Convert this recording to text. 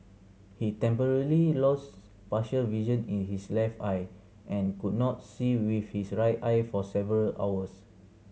he temporarily lost partial vision in his left eye and could not see with his right eye for several hours